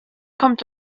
kommt